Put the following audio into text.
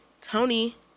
Tony